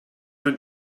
been